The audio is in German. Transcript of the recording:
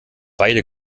beide